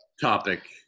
topic